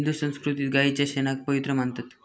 हिंदू संस्कृतीत गायीच्या शेणाक पवित्र मानतत